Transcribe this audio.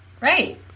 Right